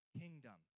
kingdom